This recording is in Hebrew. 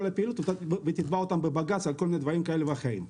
הפעילות ותתבע אותם בבג"ץ על כל מיני דברים כאלה ואחרים.